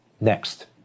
Next